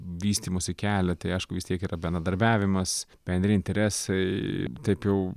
vystymosi kelią tai aišku vis tiek yra bendradarbiavimas bendri interesai taip jau